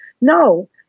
No